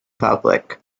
public